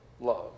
love